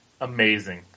Amazing